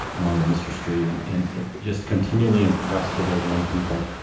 along with mr. strebe, and and just continually impressed with those young people.